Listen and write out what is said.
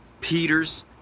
Peter's